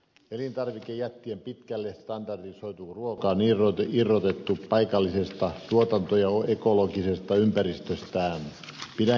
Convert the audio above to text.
elintarvikejättien pitkälle standardisoitu ruoka on irrotettu paikallisesta tuotanto ja ekologisesta ympäristöstään